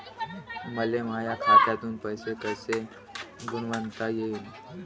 मले माया खात्यातून पैसे कसे गुंतवता येईन?